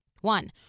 one